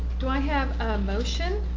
do i have a motion